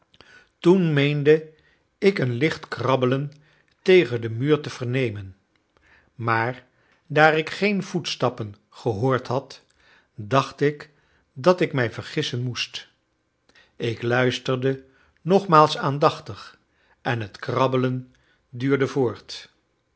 toen meende ik een licht krabbelen tegen den muur te vernemen maar daar ik geen voetstappen gehoord had dacht ik dat ik mij vergissen moest ik luisterde nogmaals aandachtig en het krabbelen duurde voort